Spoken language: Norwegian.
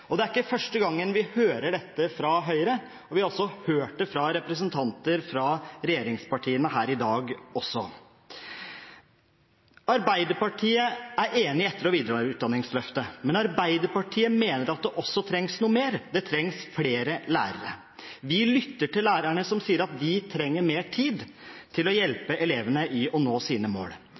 siden. Det er ikke første gang vi hører dette fra Høyre, og vi har hørt det fra representanter fra regjeringspartiene her i dag også. Arbeiderpartiet er enig i etter- og videreutdanningsløftet. Men Arbeiderpartiet mener at det også trengs noe mer – det trengs flere lærere. Vi lytter til lærerne, som sier at de trenger mer tid til å hjelpe elevene til å nå sine mål.